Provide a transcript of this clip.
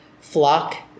Flock